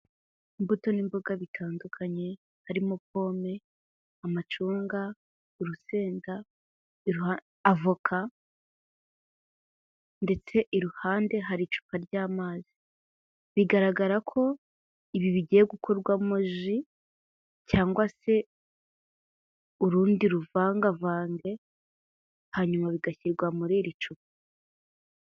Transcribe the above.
Imbuto n'imboga bitandukanye harimo pome, amacunga urusenda, avoka ndetse iruhande hari icupa ry'amazi bigaragara ko ibi bigiye gukorwamo ji cyangwa se urundi ruvangavange hanyuma bigashyirwa muri iri cupa.